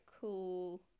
cool